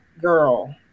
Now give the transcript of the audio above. girl